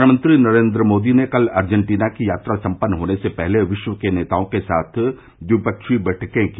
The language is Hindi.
प्रधानमंत्री नरेन्द्र मोदी ने कल अर्जेंटीना की यात्रा सम्पन्न होने से पहले विश्व के नेताओं के साथ द्विपक्षीय बैठकें की